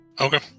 Okay